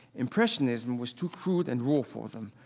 impressionism was too crude and raw for them.